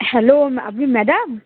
hello আপনি madam